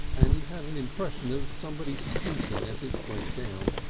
and he had an impression of somebody squeaking as it went down.